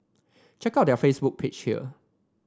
check out their Facebook page here